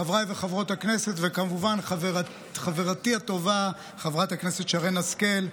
חברי וחברות הכנסת וכמובן חברתי הטובה חברת הכנסת שרן השכל,